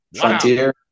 Frontier –